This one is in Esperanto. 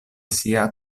sia